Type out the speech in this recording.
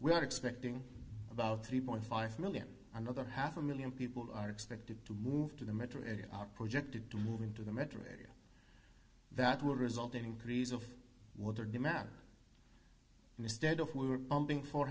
we are expecting about three point five million another half a million people are expected to move to the metro area are projected to move into the metro area that will result in increase of water demand and instead of we are